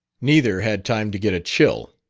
neither had time to get a chill.